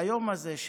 היום הזה,